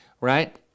right